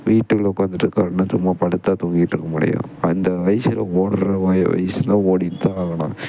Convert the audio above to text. வீட்டு உள்ளே உட்காந்துட்டு இருக்கிறன்னு சும்மா படுத்து தான் தூங்கிட்டு இருக்க முடியும் அந்த வயசில் ஓடுற வ வயசில் ஓடித்தான் ஆகணும்